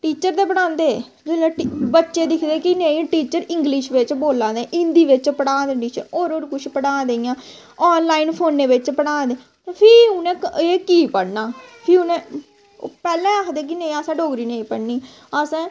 teacher ते पढ़ांदे जिसलै बच्चे दिखदे कि नेईं टीचर इंग्लिश बिच्च बोला दे हिन्दी बिच्च पढ़ा दे टीचर होर होर कुछ पढ़ा दे इ'यां ऑनलाइन फोनै बिच्च पढ़ा दे फ्ही उ'नें एह् कीऽ पढ़ना फ्ही उ'नें पैह्लें आखदे कि असें डोगरी नेईं पढ़नी असें